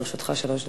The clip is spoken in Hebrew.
לרשותך שלוש דקות.